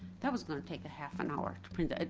that was gonna take a half an hour to print that.